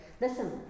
Listen